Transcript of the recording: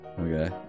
Okay